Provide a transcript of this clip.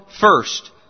first